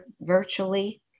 virtually